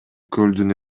көлдүн